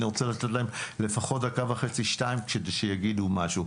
אני רוצה לתת להם לפחות דקה וחצי-שתיים כדי שיגידו משהו.